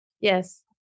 Yes